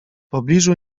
pobliżu